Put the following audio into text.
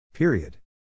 Period